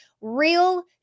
real